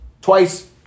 Twice